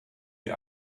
die